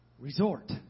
resort